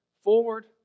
forward